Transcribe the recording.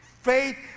Faith